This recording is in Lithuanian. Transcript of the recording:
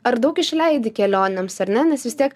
ar daug išleidi kelionėms ar ne nes vis tiek